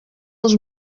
els